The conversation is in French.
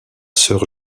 sœur